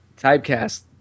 Typecast